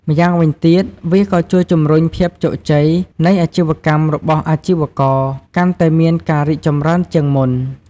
ម្យ៉ាងវិញទៀតវាក៏ជួយជំរុញភាពជោគជ័យនៃអាជីវកម្មរបស់អាជីវករកាន់តែមានការរីកចម្រើនជាងមុន។